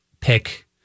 pick